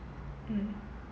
mm